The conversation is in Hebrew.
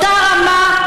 אותה רמה,